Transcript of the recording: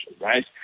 right